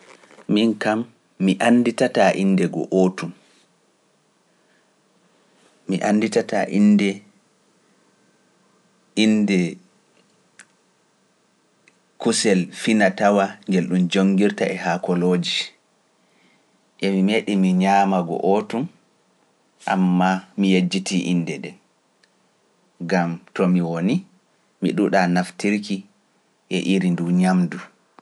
Min kam, mi annditataa innde ngoo ootum, mi annditataa innde kusel finatawa ngel ɗum joongirta e haakolooji, yami meeɗi mi ñaama ngoo ootum, ammaa mi yejjitii innde ɗen, ngam to mi woni, mi ɗuuɗaa naftirki e iri nduu ñaamdu.